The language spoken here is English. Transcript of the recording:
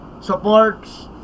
supports